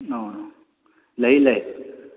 ꯑꯥ ꯂꯩ ꯂꯩ